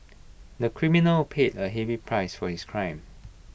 the criminal paid A heavy price for his crime